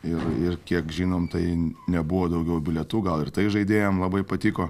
ir ir kiek žinom tai nebuvo daugiau bilietų gal ir tai žaidėjam labai patiko